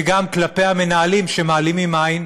וגם כלפי המנהלים שמעלימים עין,